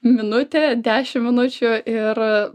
minutė dešimt minučių ir